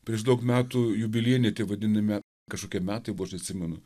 prieš daug metų jubiliejiniai tie vadinami kažkokie metai buvo aš neatsimenu